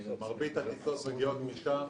מרבית הטיסות מגיעות משם,